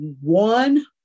one